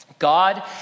God